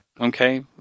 Okay